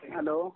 Hello